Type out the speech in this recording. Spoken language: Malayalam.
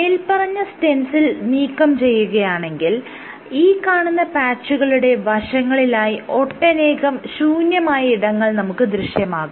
മേല്പറഞ്ഞ സ്റ്റെൻസിൽ നീക്കം ചെയ്യുകയാണെങ്കിൽ ഈ കാണുന്ന പാച്ചുകളുടെ വശങ്ങളിലായി ഒട്ടനേകം ശൂന്യമായ ഇടങ്ങൾ നമുക്ക് ദൃശ്യമാകും